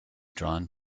drawn